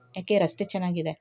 ಯಾಕೆ ರಸ್ತೆ ಚೆನ್ನಾಗಿದೆ